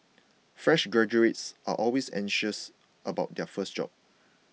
fresh graduates are always anxious about their first job